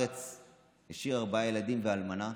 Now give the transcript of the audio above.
השאיר ארבעה ילדים ואלמנה.